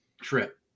trip